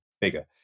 bigger